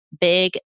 big